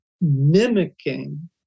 mimicking